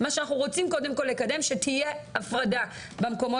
מה שאנחנו רוצים קודם כל לקדם שתהיה הפרדה במקומות,